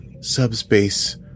Subspace